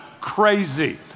crazy